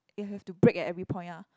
you have to brake at every point ah